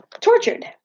tortured